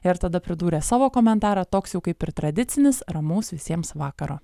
ir tada pridūrė savo komentarą toksjau kaip ir tradicinis ramaus visiems vakaro